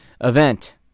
event